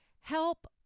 help